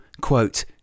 quote